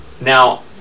Now